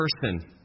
person